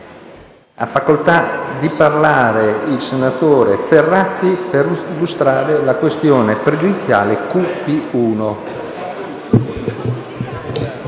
Ha facoltà di parlare il senatore Ferrazzi per illustrare la questione pregiudiziale QP1.